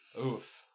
Oof